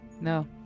No